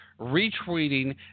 retweeting